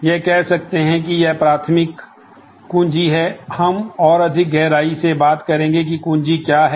यह कह सकते हैं कि यह प्राथमिक है कुंजी हम और अधिक गहराई से बात करेंगे कि कुंजी क्या है